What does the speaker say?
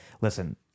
listen